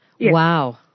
Wow